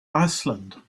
iceland